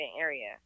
area